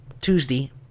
Tuesday